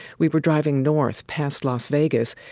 we were driving north, past las vegas.